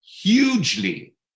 hugely